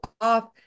off